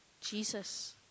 Jesus